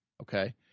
Okay